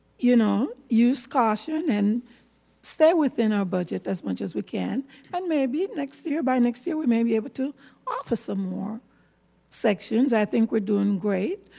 you know, use caution and stay within our budget as much as we can and maybe next year, by next year we may be able to offer some more sections. i think we're doing great.